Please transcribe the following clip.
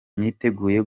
niteguye